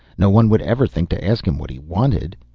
no one would ever think to ask him what he wanted.